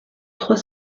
trois